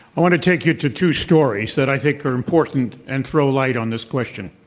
i want to take you to two stories that i think are important and throw light on this question.